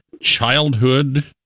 childhood